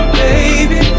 baby